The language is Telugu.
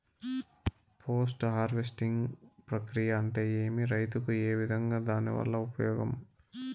పోస్ట్ హార్వెస్టింగ్ ప్రక్రియ అంటే ఏమి? రైతుకు ఏ విధంగా దాని వల్ల ఉపయోగం?